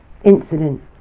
incident